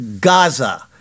Gaza